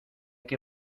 que